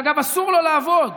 שאגב, אסור לו לעבוד,